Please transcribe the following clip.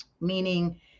meaning